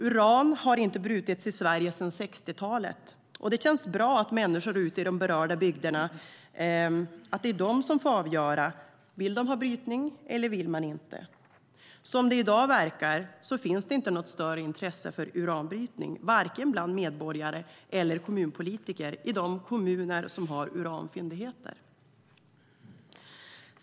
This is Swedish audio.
Uran har inte brutits i Sverige sedan 60-talet, och det känns bra att det är människorna i de berörda bygderna som får avgöra om de vill ha brytning eller inte. I dag verkar det inte finnas något större intresse för uranbrytning, varken bland medborgare eller bland kommunpolitiker i de kommuner som har uranfyndigheter.